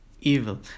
evil